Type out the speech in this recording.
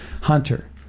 Hunter